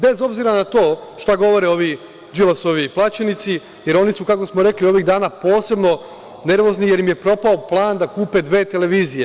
Bez obzira na to šta govore ovi Đilasovi plaćenici, jer oni su, kako smo rekli ovih dana posebno nervozni jer im je propao plan da kupe dve televizije.